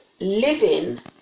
living